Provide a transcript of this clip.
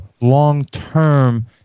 long-term